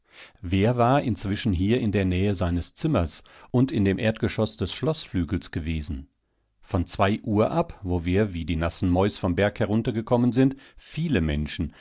wer war inzwischen hier in der nähe seines zimmers und in dem erdgeschoß des schloßflügels gewesen von zwei uhr ab wo wir wie die nassen mäus vom berg herunter gekommen sind viele menschen